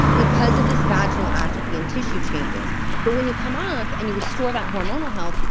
because of this vaginal atrophy and tissue changes but when you come off, and you restore that hormonal health,